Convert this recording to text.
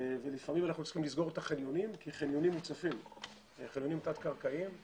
לפעמים אנחנו צריכים לסגור את החניונים כי חניונים תת-קרקעיים מוצפים